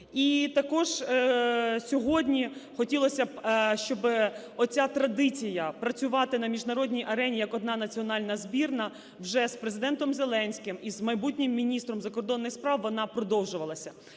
І також сьогодні хотілося б, щоб оця традиція працювати на міжнародній арені як одна національна збірна вже з ПрезидентомЗеленським і з майбутнім міністром закордонних справ, вона продовжувалася.